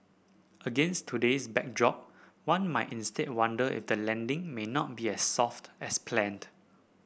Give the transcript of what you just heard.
against today's backdrop one might instead wonder if the landing may not be as soft as planned